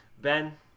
ben